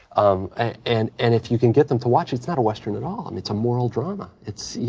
um and and if you can get them to watch it, it's not a western at all. i mean, it's a moral drama. it's, you